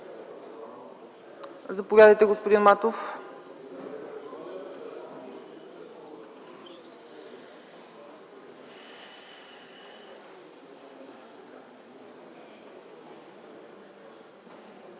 Заповядайте, господин Матов.